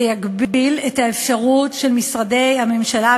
זה יגביל את האפשרות של משרדי הממשלה,